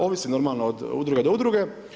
Ovisi normalno od udruge do udruge.